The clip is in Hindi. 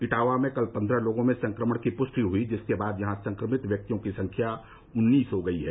इटावा में कल पन्द्रह लोगों में संक्रमण की पुष्टि हुई जिसके बाद यहां संक्रमित व्यक्तियों की संख्या उन्नीस हो गई है